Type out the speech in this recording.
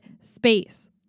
space